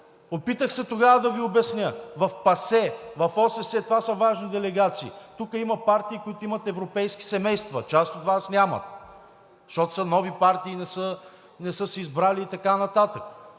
опитах се тогава да Ви обясня, в ПАСЕ, в ОССЕ, това са важни делегации, тук има партии, които имат европейски семейства, част от Вас нямат, защото са нови партии и не са си избрали и така нататък.